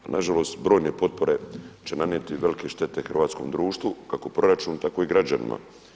Pa nažalost brojne potpore će nanijeti velike štete hrvatskom društvu, kako proračun, tako i građanima.